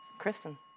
Kristen